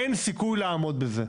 אין סיכוי לעמוד בזה.